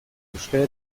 euskara